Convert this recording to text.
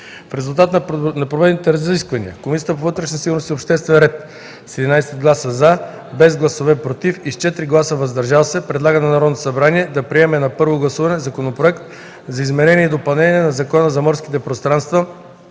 вътрешна сигурност и обществен ред с 11 гласа „за”, без гласове „против” и с 4 гласа „въздържали се”, предлага на Народното събрание да приеме на първо гласуване Законопроекта за изменение и допълнение на Закона за морските пространства,